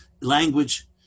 language